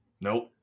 Nope